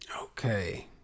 okay